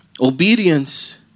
Obedience